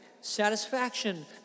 satisfaction